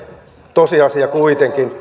tosiasia kuitenkin